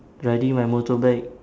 riding my motorbike